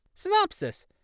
Synopsis